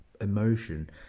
emotion